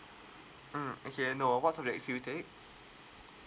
uh okay I know what subjects do you take